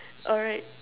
alright